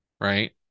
Right